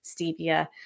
stevia